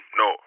no